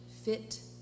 fit